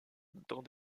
dans